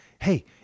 Hey